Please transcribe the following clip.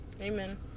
Amen